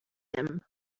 him